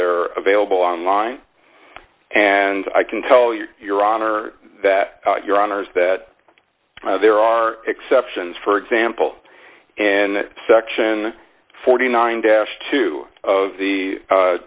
they are available online and i can tell you your honor that your honor is that there are exceptions for example and section forty nine dash two of the